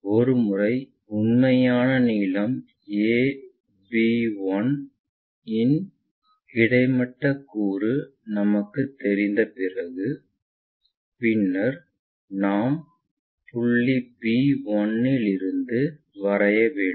ஒருமுறை உண்மையான நீளம் ab1 இன் கிடைமட்ட கூறு நமக்குத் தெரிந்த பிறகு பின்னர் நாம் புள்ளி b1 இதிலிருந்து வரைய வேண்டும்